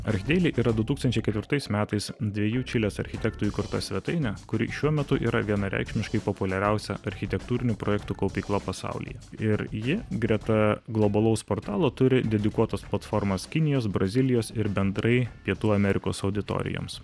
archdeili yra du tūkstančiai ketvirtais metais dviejų čilės architektų įkurta svetainė kuri šiuo metu yra vienareikšmiškai populiariausia architektūrinių projektų kaupykla pasaulyje ir ji greta globalaus portalo turi dedikuotas platformas kinijos brazilijos ir bendrai pietų amerikos auditorijoms